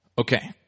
Okay